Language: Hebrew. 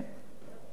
נינו,